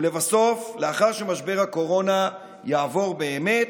ולבסוף, לאחר שמשבר הקורונה יעבור באמת,